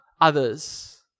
others